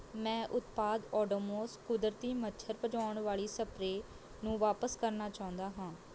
ਮੈਂ ਉਤਪਾਦ ਓਡੋਮੋਸ ਕੁਦਰਤੀ ਮੱਛਰ ਭਜਾਉਣ ਵਾਲੀ ਸਪਰੇਅ ਨੂੰ ਵਾਪਸ ਕਰਨਾ ਚਾਹੁੰਦਾ ਹਾਂ